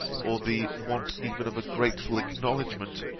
or the want even of a grateful acknowledgement,